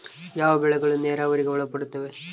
ಯಾವ ಬೆಳೆಗಳು ನೇರಾವರಿಗೆ ಒಳಪಡುತ್ತವೆ?